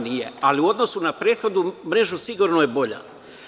Nije, ali u odnosu na prethodnu mrežu, sigurno je bolja.